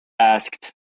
asked